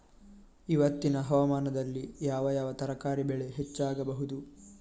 ಇವತ್ತಿನ ಹವಾಮಾನದಲ್ಲಿ ಯಾವ ಯಾವ ತರಕಾರಿ ಬೆಳೆ ಹೆಚ್ಚಾಗಬಹುದು?